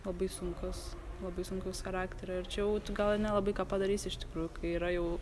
labai sunkus labai sunkaus charakterio ir čia jau tu gal ir nelabai ką padarysi iš tikrųjų yra jau